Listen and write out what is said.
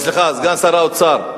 סליחה, סגן שר האוצר.